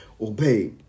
obey